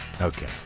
Okay